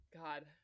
god